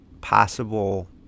possible